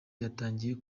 yatangiye